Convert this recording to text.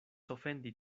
ofendi